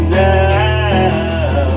now